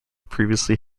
previously